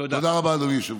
תודה רבה, אדוני היושב-ראש.